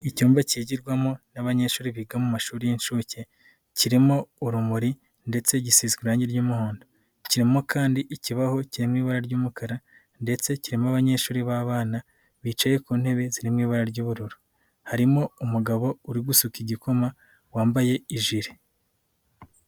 Icyumba kigirwamo n'abanyeshuri biga mu mashuri y'inshuke kirimo urumuri ndetse gisizwe irangi ry'umuhondo, kirimo kandi ikibaho kiri mu iba ry'umukara ndetse kirimo abanyeshuri b'abana bicaye ku ntebe zirimo ibara ry'ubururu, harimo umugabo uri gusuka igikoma wambaye ijiri.